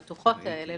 את הבטוחות האלו,